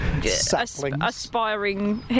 Aspiring